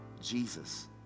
Jesus